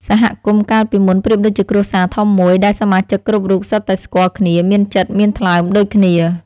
សហគមន៍កាលពីមុនប្រៀបដូចជាគ្រួសារធំមួយដែលសមាជិកគ្រប់រូបសុទ្ធតែស្គាល់គ្នាមានចិត្តមានថ្លើមដូចគ្នា។